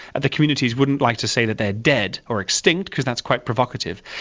and the communities wouldn't like to say that they're dead or extinct because that's quite provocative,